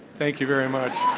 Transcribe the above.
thank you very much.